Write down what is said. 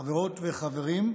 חברות וחברים,